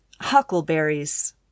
huckleberries